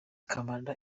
kabanda